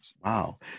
Wow